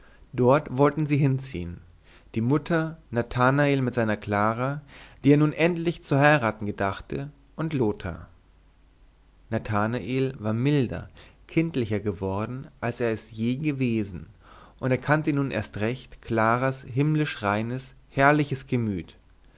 dort wollten sie hinziehen die mutter nathanael mit seiner clara die er nun zu heiraten gedachte und lothar nathanael war milder kindlicher geworden als er je gewesen und erkannte nun erst recht claras himmlisch reines herrliches gemüt